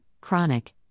chronic